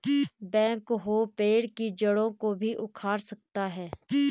backhoe पेड़ की जड़ों को भी उखाड़ सकता है